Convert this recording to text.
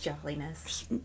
jolliness